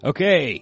Okay